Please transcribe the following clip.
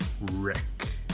Rick